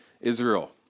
Israel